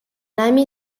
ami